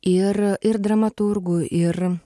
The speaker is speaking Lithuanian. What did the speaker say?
ir ir dramaturgų ir